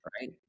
right